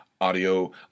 audio